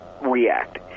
react